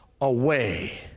away